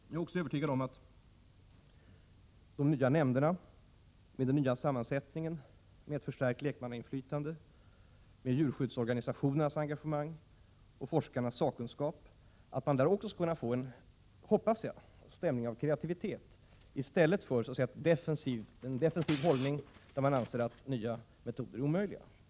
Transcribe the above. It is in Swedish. Jag hoppas att man med de nya nämnderna med den nya sammansättningen, som innebär ett förstärkt lekmannainflytande, med djurskyddsorganisationernas engagemang och forskarnas sakkunskap skall kunna få en stämning av kreativitet i stället för en defensiv hållning, där man anser att nya metoder är omöjliga.